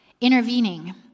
intervening